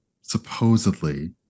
supposedly